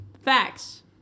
Facts